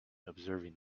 observing